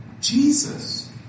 Jesus